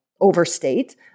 overstate